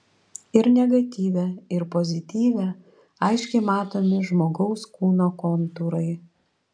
ir negatyve ir pozityve aiškiai matomi žmogaus kūno kontūrai